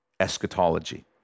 eschatology